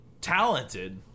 talented